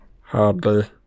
Hardly